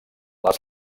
les